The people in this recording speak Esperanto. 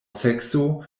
sekso